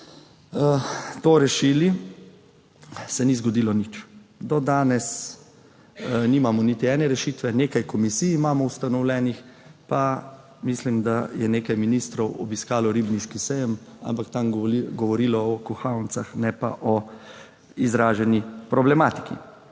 to rešili, se ni zgodilo ni nič. Do danes nimamo niti ene rešitve, nekaj komisij imamo ustanovljenih pa mislim, da je nekaj ministrov obiskalo ribniški sejem, ampak tam govorilo o kuhalnicah, ne pa o izraženi problematiki.